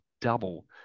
double